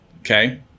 Okay